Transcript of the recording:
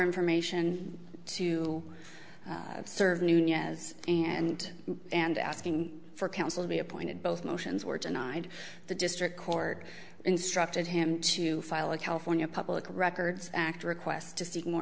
information to observe noon yes and and asking for counsel to be appointed both motions were denied the district court instructed him to file a california public records act request to seek more